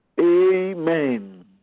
Amen